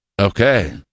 Okay